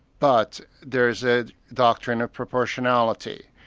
but there's a doctrine of proportionality.